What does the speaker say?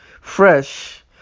fresh